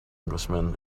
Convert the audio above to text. englishman